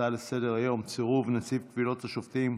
הצעה לסדר-היום: סירוב נציב קבילות השופטים,